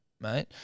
mate